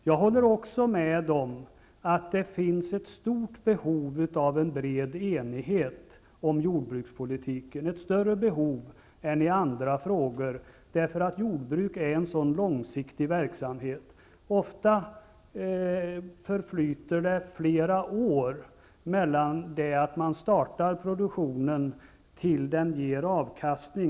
Jag håller också med om att det finns ett stort behov av en bred enighet om jordbrukspolitiken -- ett större behov än i andra frågor, eftersom jordbruk är en så långsiktig verksamhet. Ofta förflyter det flera år från det att man startar produktionen till dess den ger avkastning.